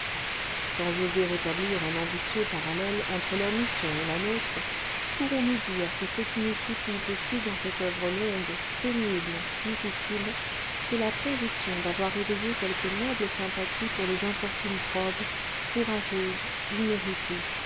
sans oser établir un ambitieux parallèle entre leur mission et la nôtre pourrons-nous dire que ce qui nous soutient aussi dans cette oeuvre longue pénible difficile c'est la conviction d'avoir éveillé quelques nobles sympathies pour les infortunes probes courageuses imméritées